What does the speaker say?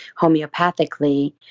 homeopathically